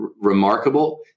remarkable